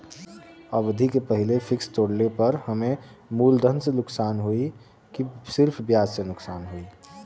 अवधि के पहिले फिक्स तोड़ले पर हम्मे मुलधन से नुकसान होयी की सिर्फ ब्याज से नुकसान होयी?